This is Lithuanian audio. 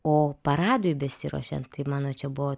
o paradui besiruošiant tai mano čia buvo